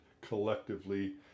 collectively